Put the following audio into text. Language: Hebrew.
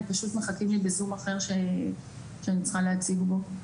פשוט מחכים לי בזום אחר שאני צריכה להציג בו.